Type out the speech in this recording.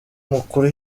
makuru